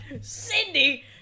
Cindy